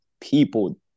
people